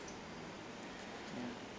ya